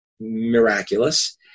miraculous